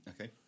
Okay